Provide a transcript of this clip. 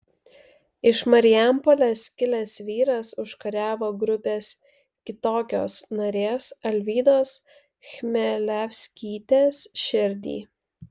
iš marijampolės kilęs vyras užkariavo grupės kitokios narės alvydos chmelevskytės širdį